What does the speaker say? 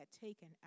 taken